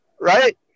right